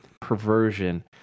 perversion